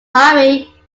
hurry